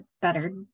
better